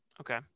Okay